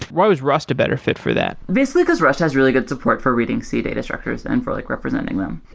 what was rust a better fit for that? basically, because rust has really good support for reading c data structures then for like representing them.